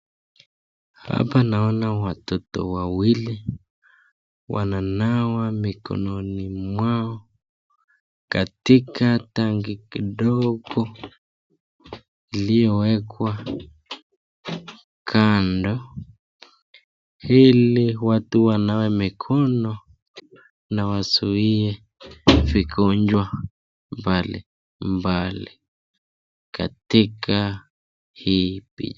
Hapa naona watoto wawili wananawa mikono yao katika tanki kidogo iliyowekwa kando ili watu wanawe mikono na wazuie magonjwa mbalimbali katika hii.